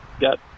got